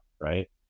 right